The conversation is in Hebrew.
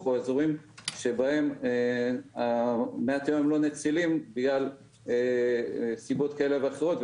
או אזורים שבהם מי התהום הם לא נצילים בגלל סיבות כאלה ואחרות,